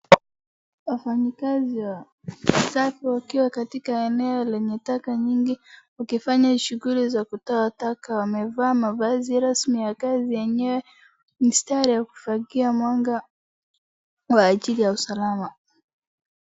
Wafanyikazi wa usafi wakiwa katika eneo lenye taka nyingi wakifanya shughuli za kutoa taka wamevaa mavazi rasmi ya kazi yenye mistari ya kufagia mwanga kwa ajili ya usalama.